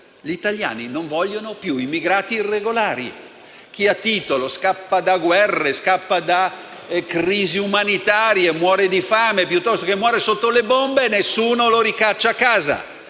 Gli italiani non vogliono più immigrati irregolari. Chi ha titolo, chi scappa da guerre o da crisi umanitarie, chi muore di fame o sotto le bombe, nessuno lo ricaccia a casa;